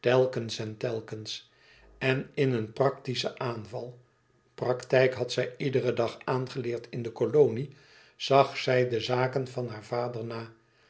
telkens en telkens en in een praktischen aanval praktijk had zij iederen dag aangeleerd in de kolonie zag zij de zaken van haar vader na